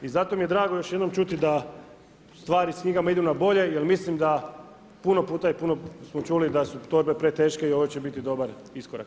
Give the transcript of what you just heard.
I zato mi je drago još jednom čuti da stvari s knjigama idu na bolje jer mislim da puno puta i puno smo čuli da su torbe preteške i ovo će biti dobar iskorak.